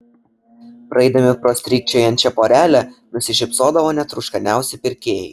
praeidami pro strykčiojančią porelę nusišypsodavo net rūškaniausi pirkėjai